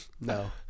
No